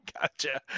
gotcha